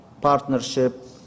partnership